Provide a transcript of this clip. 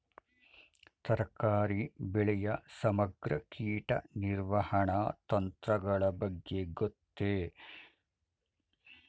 ತರಕಾರಿ ಬೆಳೆಯ ಸಮಗ್ರ ಕೀಟ ನಿರ್ವಹಣಾ ತಂತ್ರಗಳ ಬಗ್ಗೆ ಗೊತ್ತೇ?